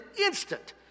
instant